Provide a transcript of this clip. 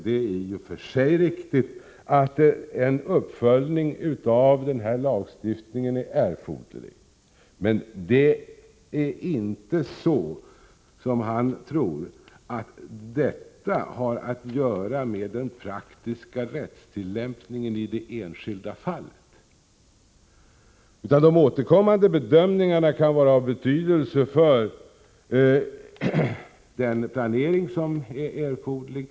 Det är i och för sig riktigt att en uppföljning av den här lagstiftningen är erforderlig. Men det förhåller sig inte så som han tror, nämligen att detta har att göra med den praktiska rättstillämpningen i det enskilda fallet, utan de återkommande bedömningarna kan vara av betydelse för den planering som är erforderlig.